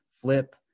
flip